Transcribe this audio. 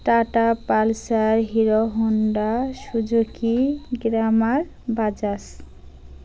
Tata pulsar Hero Honda Suzuki glamour Bajaj